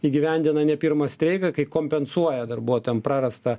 įgyvendina ne pirmą streiką kai kompensuoja darbuotojam prarastą